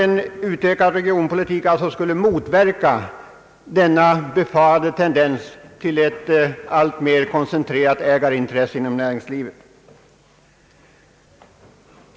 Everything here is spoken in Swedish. En utökad regionpolitik skulle alltså få gynnsam effekt även på detta område.